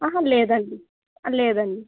ఆహా లేదండి లేదండి